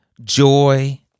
joy